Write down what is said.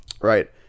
Right